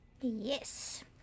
Yes